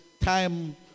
time